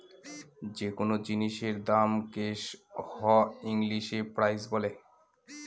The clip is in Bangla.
যে কোনো জিনিসের দামকে হ ইংলিশে প্রাইস বলে